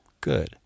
good